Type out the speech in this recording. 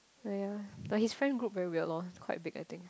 oh ya but his friend group very weird lor quite big I think